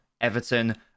Everton